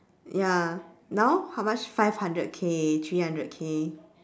ya now how much five hundred K three hundred K